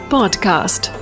Podcast